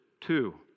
Two